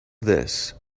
this